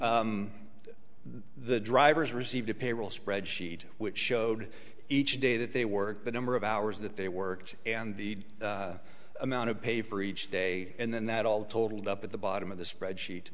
the drivers received a payroll spreadsheet which showed each day that they worked the number of hours that they worked and the amount of pay for each day and then that all totaled up at the bottom of the spreadsheet